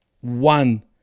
one